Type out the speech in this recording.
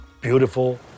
beautiful